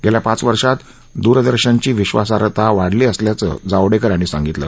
गेल्या पाच वर्षात द्रदर्शनची विश्वासार्हता वाढली असल्याचं जावडेकर यांनी सांगितलं